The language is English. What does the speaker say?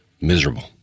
miserable